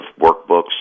workbooks